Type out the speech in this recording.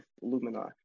Lumina